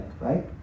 right